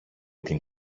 την